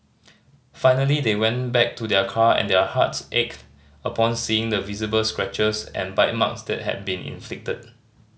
finally they went back to their car and their hearts ached upon seeing the visible scratches and bite marks that had been inflicted